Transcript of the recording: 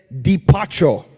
departure